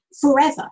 forever